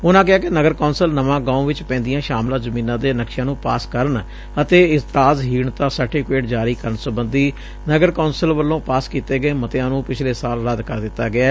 ਉਨਾਂ ਕਿਹਾ ਕਿ ਨਗਰ ਕੌਂਸਲ ਨਵਾਂ ਗਾਓਂ ਵਿਚ ਪੈਂਦੀਆਂ ਸ਼ਾਮਲਾਤ ਜ਼ਮੀਨਾਂ ਦੇ ਨਕਸ਼ਿਆਂ ਨੂੰ ਪਾਸ ਕਰਨ ਅਤੇ ਇਤਰਾਜ਼ਹੀਣਤਾ ਸਰਟੀਫੀਕੇਟ ਜਾਰੀ ਕਰਨ ਸਬੰਧੀ ਨਗਰ ਕੌ'ਸਲ ਵਲੋ' ਪਾਸ ਕੀਤੇ ਗਏ ਮੱਤਿਆ ਨੂੰ ਪਿਛਲੇ ਸਾਲ ਰੱਦ ਕਰ ਦਿੱਤਾ ਗਿਐ